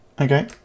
Okay